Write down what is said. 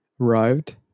arrived